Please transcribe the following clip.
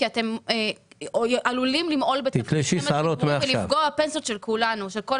התפרסמה כתבה, ותסלחו לי שאני לא